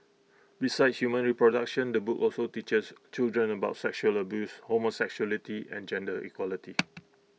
besides human reproduction the book also teaches children about sexual abuse homosexuality and gender equality